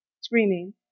screaming